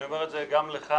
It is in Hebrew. אני אומר את זה גם לך,